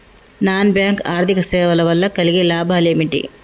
Non bank ఆర్థిక సేవల వల్ల కలిగే లాభాలు ఏమిటి?